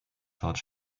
george